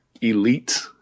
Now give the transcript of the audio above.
elite